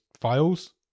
files